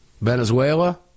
Venezuela